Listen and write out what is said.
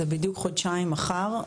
זה בדיוק חודשיים מחר,